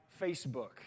Facebook